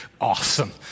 Awesome